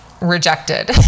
rejected